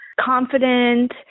confident